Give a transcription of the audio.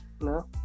no